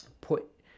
put